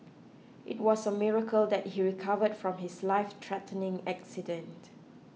it was a miracle that he recovered from his lifethreatening accident